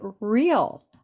real